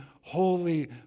holy